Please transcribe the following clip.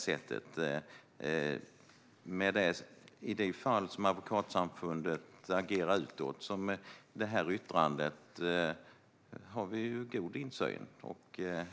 I de fall då Advokatsamfundet agerar utåt, som i det här yttrandet, har vi ju god insyn.